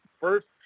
first